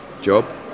job